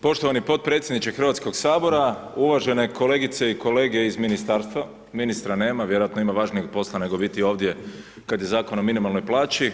Poštovani podpredsjedniče Hrvatskog sabora, uvažene kolegice i kolege iz ministarstva, ministra nema vjerojatno ima važnijeg posla nego biti ovdje kad je Zakon o minimalnoj plaći.